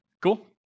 Cool